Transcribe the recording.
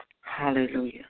Hallelujah